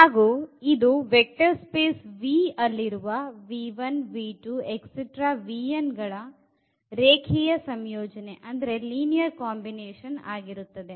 ಹಾಗು ಇದು vector space Vಯಲ್ಲಿರುವ ಗಳ ರೇಖೀಯ ಸಂಯೋಜನೆ ಯಾಗಿರುತ್ತದೆ